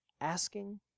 asking